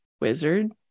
wizard